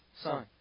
Son